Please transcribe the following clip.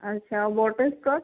अच्छा बटरस्कॉच